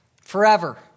forever